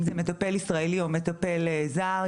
אם זה מטפל ישראלי או מטפל זר,